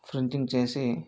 printing చేసి